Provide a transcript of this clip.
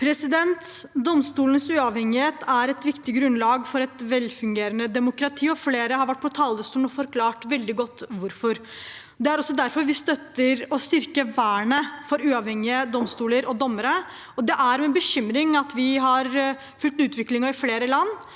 Domstolenes uavhen- gighet er et viktig grunnlag for et velfungerende demokrati, og flere har vært på talerstolen og forklart veldig godt hvorfor. Det er også derfor vi støtter å styrke vernet for uavhengige domstoler og dommere. Det er med bekymring vi har fulgt utviklingen i flere land